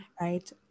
right